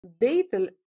data